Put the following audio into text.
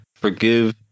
forgive